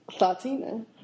Latina